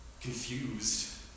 confused